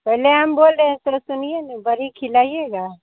पहले हम बोल रहे है तो सुनिए ना बड़ी खिलाइएगा